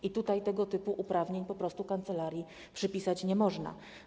I tego typu uprawnień po prostu kancelarii przypisać nie można.